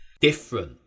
different